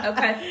Okay